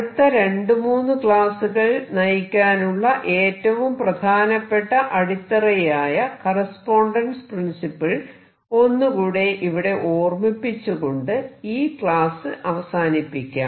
അടുത്ത രണ്ടു മൂന്ന് ക്ലാസ്സുകൾ നയിക്കാനുള്ള ഏറ്റവും പ്രധാനപ്പെട്ട അടിത്തറയായ കറസ്പോണ്ടൻസ് പ്രിൻസിപ്പിൾ ഒന്ന് കൂടെ ഇവിടെ ഓർമിപ്പിച്ചുകൊണ്ട് ഈ ക്ലാസ് അവസാനിപ്പിക്കാം